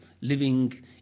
living